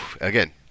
again